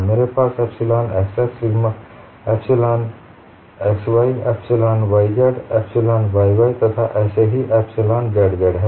मेरे पास epsilon xx epsilon xy epsilon yx epsilon yy तथा ऐसे ही एप्सिलॉन zz है